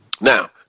Now